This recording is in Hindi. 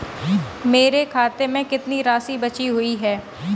मेरे खाते में कितनी राशि बची हुई है?